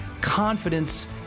confidence